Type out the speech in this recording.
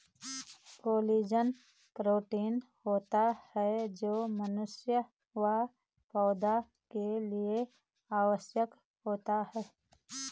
collagen protein होता है जो मनुष्य व पौधा के लिए आवश्यक होता है